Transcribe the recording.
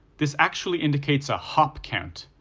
this actually indicates a hop count.